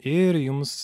ir jums